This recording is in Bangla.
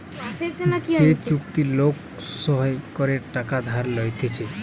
যে চুক্তি লোক সই করে টাকা ধার লইতেছে